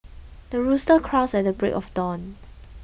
the rooster crows at break of dawn